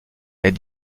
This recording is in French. est